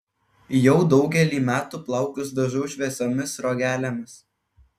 jau daugelį metų plaukus dažau šviesiomis sruogelėmis